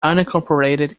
unincorporated